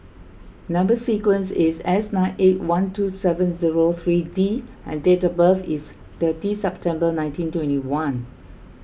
Number Sequence is S nine eight one two seven zero three D and date of birth is thirty September nineteen twenty one